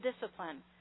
discipline